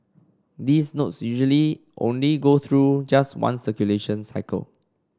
these notes usually only go through just one circulation cycle